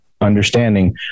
understanding